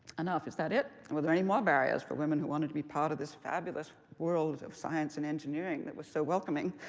enough. is that it? were there any more barriers for women who wanted to be part of this fabulous world of science and engineering that was so welcoming,